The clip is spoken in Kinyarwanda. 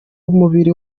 umubiri